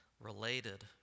related